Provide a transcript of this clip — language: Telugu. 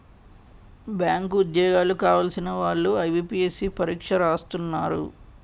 బ్యాంకు ఉద్యోగాలు కావలసిన వాళ్లు ఐబీపీఎస్సీ పరీక్ష రాస్తున్నారు